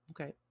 okay